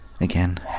again